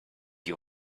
you